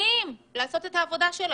ומתחננים לעשות את העבודה שלהם.